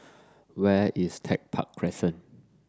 where is Tech Park Crescent